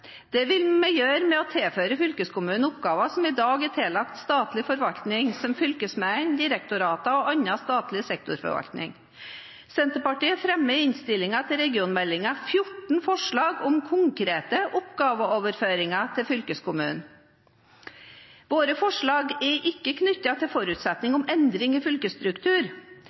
Det vil vi gjøre ved å tilføre fylkeskommunene oppgaver som i dag er tillagt statlig forvaltning, som fylkesmennene, direktoratene og annen statlig sektorforvaltning. Senterpartiet fremmer i innstillingen til regionmeldingen et forslag som inneholder 14 forslag til konkrete oppgaveoverføringer til fylkeskommunene. Våre forslag er ikke knyttet til en forutsetning om endringer i